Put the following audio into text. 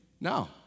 No